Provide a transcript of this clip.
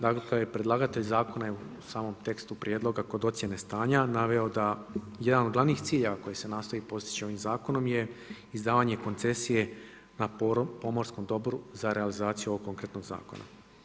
Dakle predlagatelj zakona je u samom tekstu prijedloga kod ocjene stanja naveo da jedan od glavnih ciljeva koji se nastoji postići ovim zakonom je izdavanje koncesije na pomorskom dobru za realizaciju ovog konkretnog zakona.